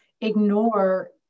ignore